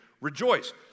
Rejoice